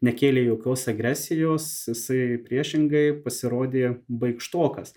nekėlė jokios agresijos jisai priešingai pasirodė baikštokas